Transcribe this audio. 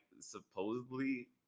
supposedly